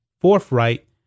forthright